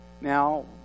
Now